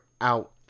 out